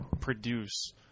produce